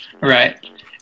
Right